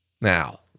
Now